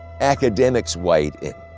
academics weighed in.